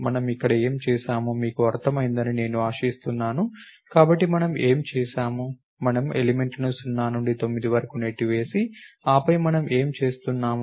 మనము ఇక్కడ ఏమి చేసామో మీకు అర్థమైందని నేను ఆశిస్తున్నాను కాబట్టి మనము ఏమి చేసాము మనము ఎలిమెంట్లను 0 నుండి 9 వరకు నెట్టివేసి ఆపై మనం ఏమి చేస్తున్నాము